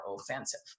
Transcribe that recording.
offensive